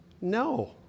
No